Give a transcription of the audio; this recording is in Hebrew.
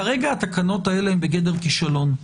כרגע התקנות האלה הן בגדר כישלון.